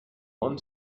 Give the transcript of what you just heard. want